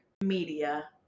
media